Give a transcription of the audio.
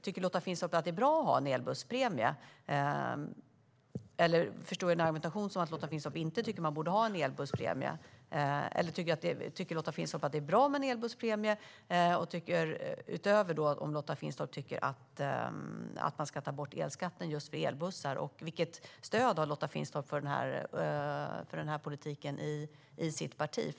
Tycker Lotta Finstorp att det är bra med en elbusspremie eller inte? Ska jag förstå Lotta Finstorps argumentation som att hon tycker att man ska ta bort elskatten just för elbussar? Vilket stöd har Lotta Finstorp i så fall för den politiken i sitt parti?